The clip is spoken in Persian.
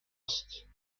است